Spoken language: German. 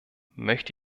möchte